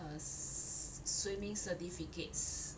err s~ swimming certificates